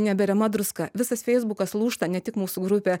neberiama druska visas feisbukas lūžta ne tik mūsų grupė